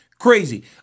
crazy